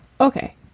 Okay